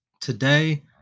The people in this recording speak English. Today